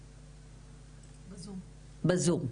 בזום,